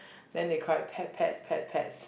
then they called it pet pets pet pets